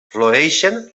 floreixen